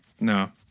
No